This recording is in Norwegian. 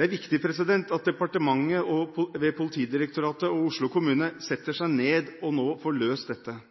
Det er viktig at departementet ved Politidirektoratet og Oslo kommune setter seg ned og får løst dette nå.